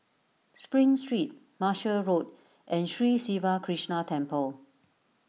Spring Street Martia Road and Sri Siva Krishna Temple